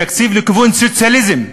תקציב לכיוון סוציאליזם.